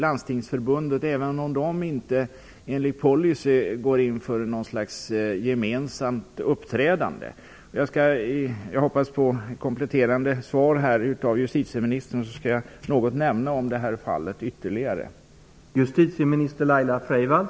Landstingsförbundet, även om man inom dess område enligt sin policy inte går in för något gemensamt uppträdande. Jag hoppas på ett kompletterande svar från justitieministern, så att jag sedan kan nämna något ytterligare om detta fall.